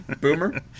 Boomer